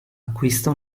acquista